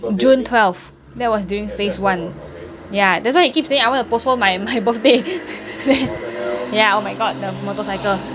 june twelve that was during phase one ya that's why he keep saying I want to postpone my my birthday ya oh my god the motorcycle